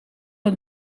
een